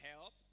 help